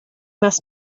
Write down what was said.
must